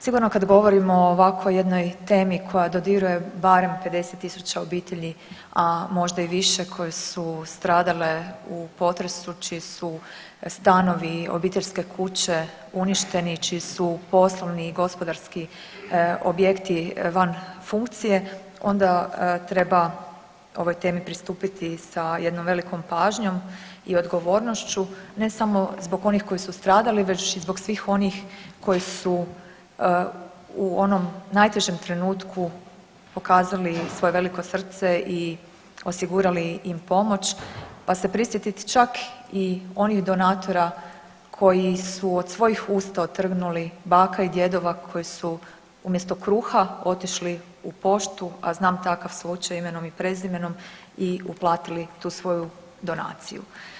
Sigurno kad govorimo o ovakvoj jednoj temi koja dodiruje barem 50 000 obitelji, a možda i više koje su stradale u potresu čiji su stanovi, obiteljske kuće uništeni, čiji su poslovni i gospodarski objekti van funkcije onda treba ovoj temi pristupiti sa jednom velikom pažnjom i odgovornošću ne samo zbog onih koji su stradali već i zbog svih onih koji su u onom najtežem trenutku pokazali svoje veliko srce i osigurali im pomoć, pa se prisjetiti čak i onih donatora koji su od svojih usta otrgnuli, baka i djedova koji su umjesto kruha otišli u poštu, a znam takav slučaj imenom i prezimenom i uplatili tu svoju donaciju.